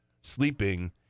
sleeping